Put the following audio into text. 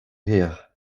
rirent